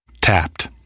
Tapped